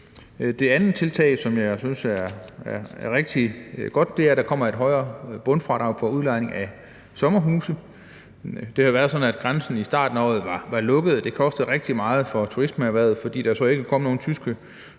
Det andet tiltag, som jeg synes er rigtig godt, er, at der kommer et højere bundfradrag for udlejning af sommerhuse. Det var sådan, at grænsen i starten af året var lukket, og det kostede rigtig meget for turismeerhvervet, fordi der så ikke kom nogen tyske